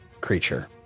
creature